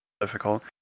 difficult